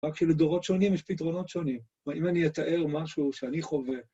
רק שלדורות שונים יש פתרונות שונים. אם אני אתאר משהו שאני חווה...